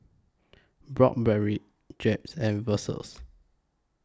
Broad Berry Jeb's and Versus